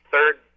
third